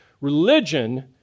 Religion